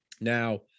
Now